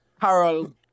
Carol